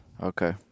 okay